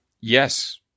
Yes